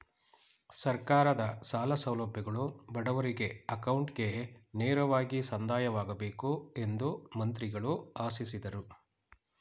ಸರ್ಕಾರದ ಸಾಲ ಸೌಲಭ್ಯಗಳು ಬಡವರಿಗೆ ಅಕೌಂಟ್ಗೆ ನೇರವಾಗಿ ಸಂದಾಯವಾಗಬೇಕು ಎಂದು ಮಂತ್ರಿಗಳು ಆಶಿಸಿದರು